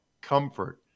comfort